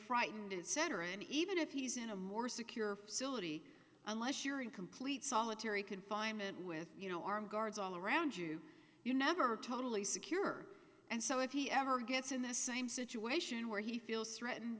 frightened and center and even if he's in a more secure facility unless you're in complete solitary confinement with you know armed guards all around you you never totally secure and so if he ever gets in the same situation where he feels threatened